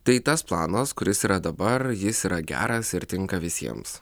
tai tas planas kuris yra dabar jis yra geras ir tinka visiems